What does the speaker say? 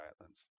Islands